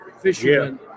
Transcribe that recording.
fishermen